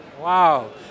Wow